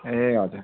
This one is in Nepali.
ए हजुर